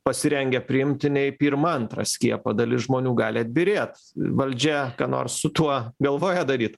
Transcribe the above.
pasirengę priimti nei pirmą antrą skiepą dalis žmonių gali atbyrėt valdžia ką nors su tuo galvoja daryt